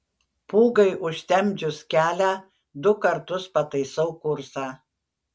pūgai užtemdžius kelią du kartus pataisau kursą